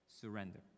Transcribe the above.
surrender